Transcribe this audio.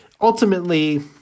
ultimately